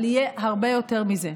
אבל יהיה הרבה יותר מזה.